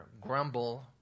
grumble